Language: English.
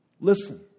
Listen